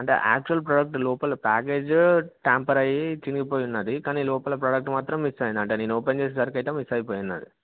అంటే actual product లోపల package tamper అయ్యి చినిగిపోయి ఉన్నది కానీ లోపల ప్రోడక్ట్ మాత్రం మిస్ అయింది అంటే నేను ఓపెన్ చేసేసరికి అయితే మిస్ అయిపోయి ఉన్నది